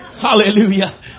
Hallelujah